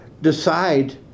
decide